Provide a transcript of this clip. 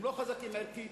הם לא חזקים ערכית,